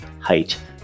height